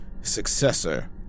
successor